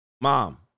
mom